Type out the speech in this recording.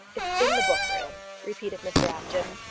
it's in the book-room, repeated mr apjohn.